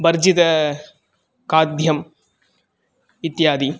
वर्जितं खाद्यम् इत्यादि